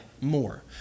more